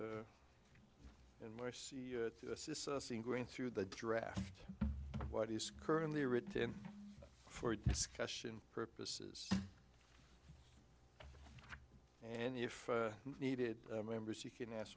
and through the draft what is currently written for discussion purposes and if needed members you can ask